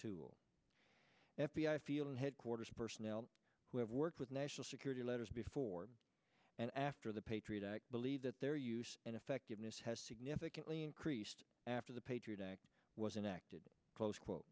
tool f b i field and headquarters personnel who have worked with national secure letters before and after the patriot act believe that their use and effectiveness has significantly increased after the patriot act was enacted close quote